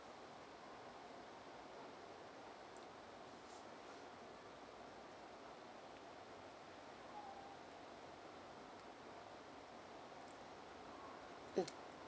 mm